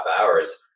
hours